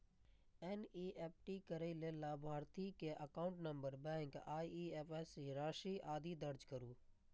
NEFT करै लेल लाभार्थी के एकाउंट नंबर, बैंक, आईएपएससी, राशि, आदि दर्ज करू